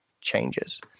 changes